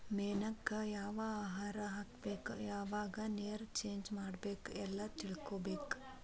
ಮೇನಕ್ಕ ಯಾವ ಆಹಾರಾ ಹಾಕ್ಬೇಕ ಯಾವಾಗ ನೇರ ಚೇಂಜ್ ಮಾಡಬೇಕ ಎಲ್ಲಾ ತಿಳಕೊಬೇಕ